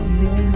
six